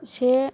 से